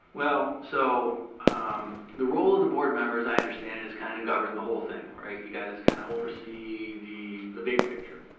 well, so um the role of the board member as i understand it is kinda govern the whole thing, right? you guys kinda oversee the the big picture.